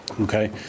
Okay